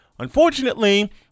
Unfortunately